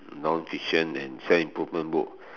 non fiction and self improvement book